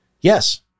yes